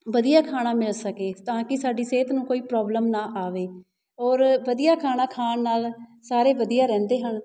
ਵਧੀਆ ਖਾਣਾ ਮਿਲ ਸਕੇ ਤਾਂ ਕਿ ਸਾਡੀ ਸਿਹਤ ਨੂੰ ਕੋਈ ਪ੍ਰੋਬਲਮ ਨਾ ਆਵੇ ਔਰ ਵਧੀਆ ਖਾਣਾ ਖਾਣ ਨਾਲ ਸਾਰੇ ਵਧੀਆ ਰਹਿੰਦੇ ਹਨ